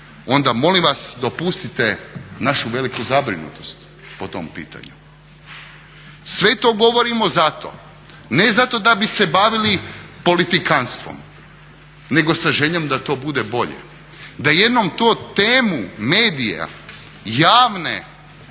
onda molim vas dopustite našu veliku zabrinutost po tom pitanju. Sve to govorimo zato, ne zato da bi se bavili politikanstvom nego sa željom da to bude bolje. Da jednom to temu medija, javne